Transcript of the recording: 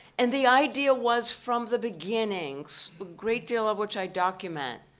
and the idea was, from the beginnings, a great deal of which i document,